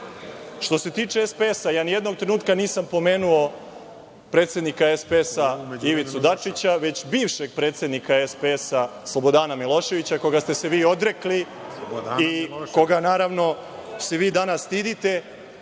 se tiče SPS-a, nijednog trenutka nisam pomenuo predsednika SPS-a Ivicu Dačića, već bivšeg predsednika SPS-a Slobodana Miloševića, koga ste se vi odrekli i koga, naravno, se vi danas stidite